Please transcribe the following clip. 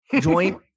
joint